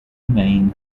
main